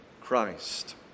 Christ